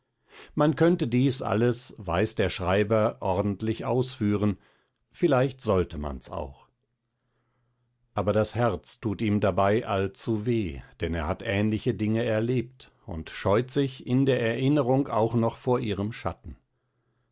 man könnte dies alles weiß der schreiber ordentlich ausführen vielleicht sollte man's auch aber das herz tut ihm dabei allzu weh denn er hat ähnliche dinge erlebt und scheut sich in der erinnerung auch noch vor ihrem schatten